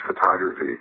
photography